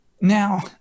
Now